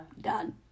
done